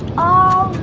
ah!